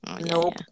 Nope